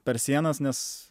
per sienas nes